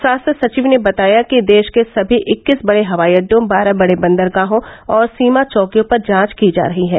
स्वास्थ्य सचिव ने बताया कि देश के सभी इक्कीस बड़े हवाईअड्डो बारह बड़े बंदरगाहों और सीमा चैकियों पर जांच की जा रही है